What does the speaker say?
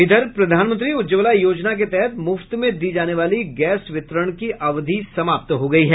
इधर प्रधानमंत्री उज्ज्वला योजना के तहत मुफ्त में दी जाने वाली गैस वितरण की अवधि समाप्त हो गयी है